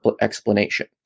explanation